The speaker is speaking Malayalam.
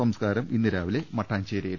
സംസ്ക്കാരം ഇന്ന് രാവിലെ മട്ടാഞ്ചേരി യിൽ